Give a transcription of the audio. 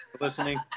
listening